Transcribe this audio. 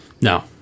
No